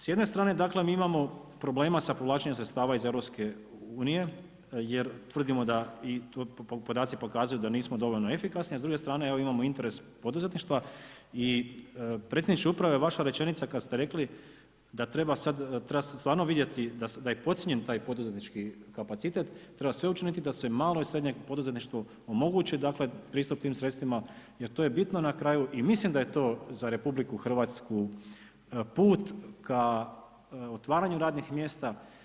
S jedne strane mi imamo problema sa povećanjem sredstava iz EU, jer tvrdimo i podaci pokazuju da nismo dovoljno efikasni, a s druge strane evo imamo interes poduzetništva i predsjedniče uprave, vaša rečenica, kada ste rekli, da treba sada, treba stvarno vidjeti da je podcijenjen taj poduzetnički kapacitet, treba sve učiniti da se malo i srednje poduzetništvo omogući pristup tim sredstvima, jer to je bitno na kraju i mislim da je to za RH put ka otvaranju radnih mjesta.